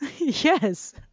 Yes